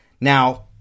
Now